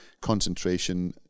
concentration